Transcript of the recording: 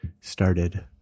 started